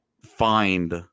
find